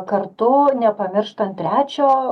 kartu nepamirštant trečio